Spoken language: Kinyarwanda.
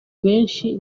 benshi